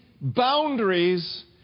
boundaries